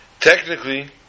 Technically